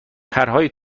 پرهای